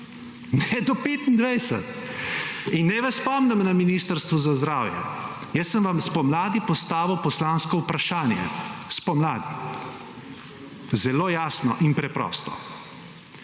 ne do 2025. In naj vas spomnim na Ministrstvo za zdravje. Jaz sem vam spomladi postavil poslansko vprašanje, spomladi, zelo jasno in preprosto.